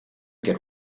get